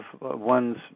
one's